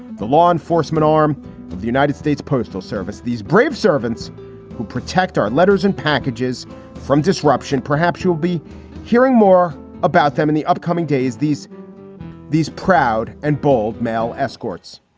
the law enforcement arm of the united states postal service. these brave servants who protect our letters and packages from disruption. perhaps you'll be hearing more about them in the upcoming days these these proud and bold male escorts.